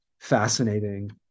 fascinating